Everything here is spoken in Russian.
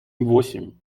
восемь